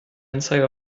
anzeige